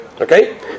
Okay